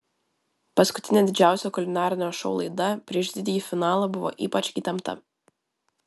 paskutinė didžiausio kulinarinio šou laida prieš didįjį finalą buvo ypač įtempta